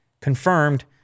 confirmed